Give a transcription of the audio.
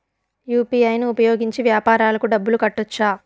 UPI ను ఉపయోగించి వ్యాపారాలకు డబ్బులు కట్టొచ్చా?